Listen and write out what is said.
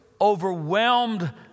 overwhelmed